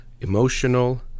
Emotional